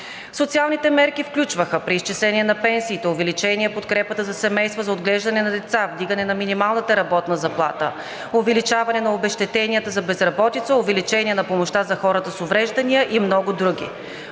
Социалните мерки включваха: преизчисление на пенсиите; увеличение подкрепата за семейства за отглеждане на деца; вдигане на минималната работна заплата; увеличаване на обезщетенията за безработица; увеличение на помощта за хората с увреждания и много други.